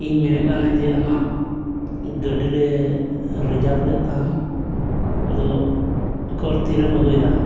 ᱤᱧ ᱢᱮᱱᱮᱫ ᱠᱟᱱᱟ ᱡᱮ ᱟᱢᱟᱜ ᱜᱟᱹᱰᱤᱞᱮ ᱨᱤᱡᱟᱵᱽ ᱞᱮᱜ ᱛᱟᱢ ᱫᱚ ᱩᱠᱩᱨ ᱛᱤᱨᱮᱢ ᱟᱹᱜᱩᱭᱫᱟ